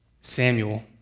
Samuel